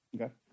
okay